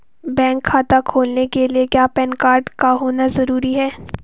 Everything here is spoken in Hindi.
बैंक खाता खोलने के लिए क्या पैन कार्ड का होना ज़रूरी है?